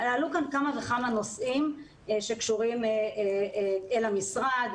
עלו כאן כמה וכמה נושאים שקשורים אל המשרד,